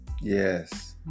yes